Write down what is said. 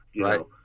right